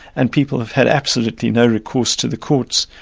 and people have had absolutely no recourse to the courts.